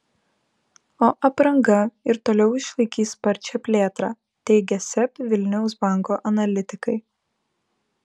o apranga ir toliau išlaikys sparčią plėtrą teigia seb vilniaus banko analitikai